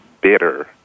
bitter